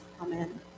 amen